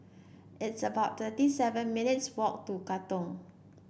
it's about thirty seven minutes' walk to Katong